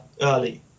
early